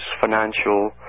financial